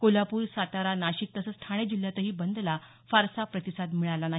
कोल्हापूर सातारा नाशिक तसंच ठाणे जिल्ह्यातही बंदला फारसा प्रतिसाद मिळाला नाही